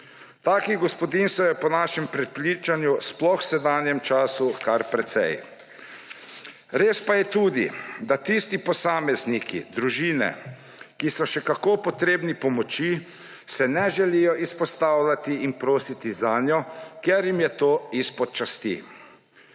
Takih gospodinjstev je po našem prepričanju, sploh v sedanjem času, kar precej. Res pa je tudi, da tisti posamezniki, družine, ki so še kako potrebni pomoči, se ne želijo izpostavljati in prositi zanjo, ker jim je to izpod časti.